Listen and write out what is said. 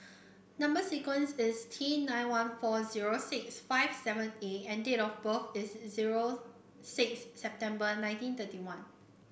number sequence is T nine one four zero six five seven A and date of birth is zero six September nineteen thirty one